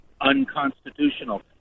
unconstitutional